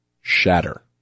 shatter